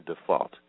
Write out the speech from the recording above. default